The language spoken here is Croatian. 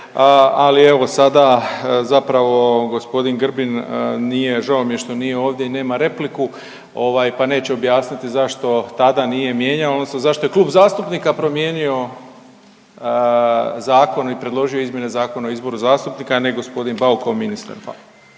ali evo, sada zapravo g. Grbin nije, žao mi je što nije ovdje i nema repliku, ovaj, pa neće objasniti zašto tada nije mijenjao, odnosno zašto je klub zastupnika promijenio zakon i predložio izmjene Zakona o izboru zastupnika, a ne g. Bauk kao ministar.